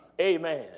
amen